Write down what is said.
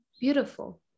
Beautiful